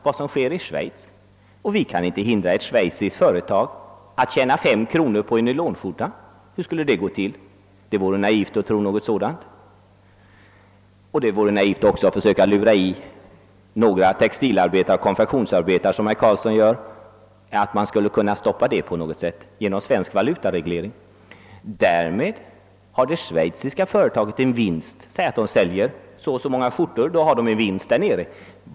Vi kan inte hindra ett schweiziskt företag att tjäna 5 kronor på en nylonskjorta. Hur skulle det gå till? Att tro något sådant vore naivt. Och det vore naivt att, som herr Karlsson gör, försöka lura i textiloch konfektionsarbetare att man skulle kunna stoppa detta genom svensk valutareglering. Det schweiziska företaget får en vinst genom att man säljer så och så många skjortor på detta sätt.